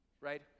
Right